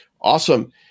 awesome